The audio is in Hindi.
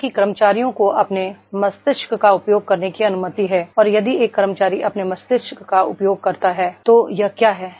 यह कि कर्मचारियों को अपने मस्तिष्क का उपयोग करने की अनुमति है और यदि एक कर्मचारी अपने मस्तिष्क का उपयोग करता है तो यह क्या है